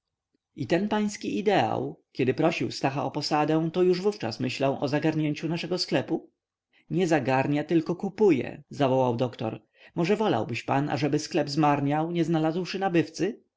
i ten pański ideał kiedy prosił stacha o posadę to już wówczas myślał o zagarnięciu naszego sklepu nie zagarnia tylko kupuje zawołał doktor może wolałbyś pan ażeby sklep zmarniał nie znalazłszy nabywcy